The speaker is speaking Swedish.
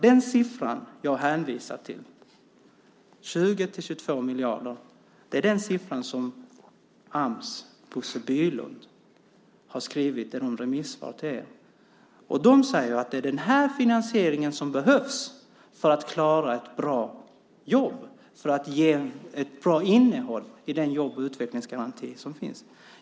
Den siffra jag hänvisar till - 20-22 miljarder - är den siffra som Ams Bosse Bylund skrev i ett remissvar till er. Han säger att det är den finansiering som behövs för att man ska kunna göra ett bra jobb och ge ett bra innehåll till den jobb och utvecklingsgaranti som finns.